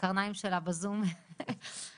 הקרניים שלה בזום כבר.